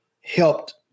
helped